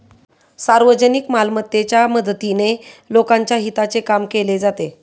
सार्वजनिक मालमत्तेच्या मदतीने लोकांच्या हिताचे काम केले जाते